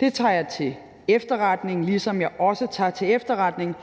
Det tager jeg til efterretning, ligesom jeg også tager til efterretning,